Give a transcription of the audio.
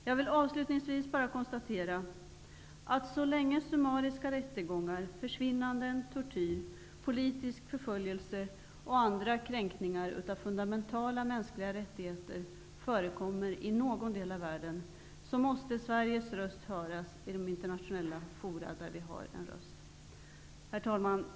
Jag vill avslutningsvis bara konstatera att så länge summariska rättegångar, försvinnanden, tortyr, politisk förföljelse och andra kränkningar av fundamentala mänskliga rättigheter förekommer i någon del av världen måste Sveriges röst höras i de internationella fora där vi har en röst. Herr talman!